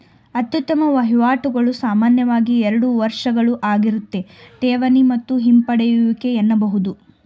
ಅತ್ಯುತ್ತಮ ವಹಿವಾಟುಗಳು ಸಾಮಾನ್ಯವಾಗಿ ಎರಡು ವರ್ಗಗಳುಆಗಿರುತ್ತೆ ಠೇವಣಿ ಮತ್ತು ಹಿಂಪಡೆಯುವಿಕೆ ಎನ್ನಬಹುದು